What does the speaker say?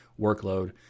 workload